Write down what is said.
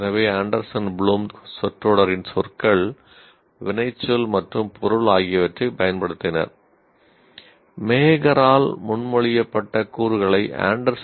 எனவே Anderson Bloom சொற்றொடரின் சொற்கள் வினைச்சொல் மற்றும் பொருள் ஆகியவற்றைப் பயன்படுத்தினர்